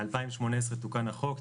בשנת 2018 תוקן החוק,